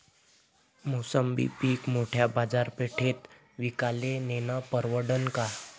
मोसंबी पीक मोठ्या बाजारपेठेत विकाले नेनं परवडन का?